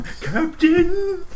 Captain